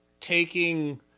taking